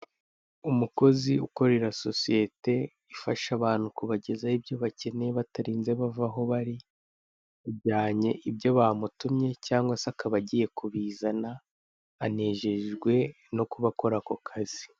Umukozi ukorera sosiyete ifasha abantu kubagezaho ibyo bakeneye batarinze bava aho bari, ajyanye ibyo bamutumye cyangwa se akaba agiye kubizana anejejwe no kuba akora ako kazi.